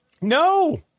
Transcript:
No